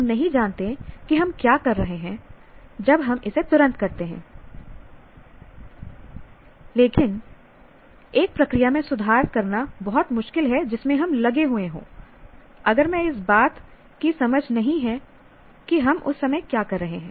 हम नहीं जानते कि हम क्या कर रहे हैं जब हम इसे तुरंत करते हैं लेकिन एक प्रक्रिया में सुधार करना बहुत मुश्किल है जिसमें हम लगे हुए हैं अगर हमें इस बात की समझ नहीं है कि हम उस समय क्या कर रहे हैं